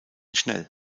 schnell